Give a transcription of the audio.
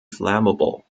flammable